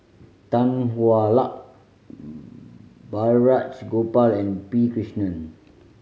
Tan Hwa Luck Balraj Gopal and P Krishnan